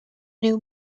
new